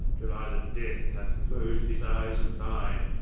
till either death hath clos'd these eyes of mine,